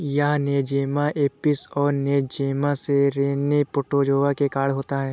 यह Nosema apis और Nosema ceranae protozoa के कारण होता है